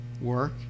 work